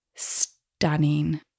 Stunning